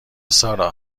سارا